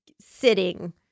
sitting